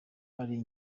ari